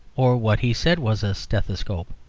or what he said was a stethoscope.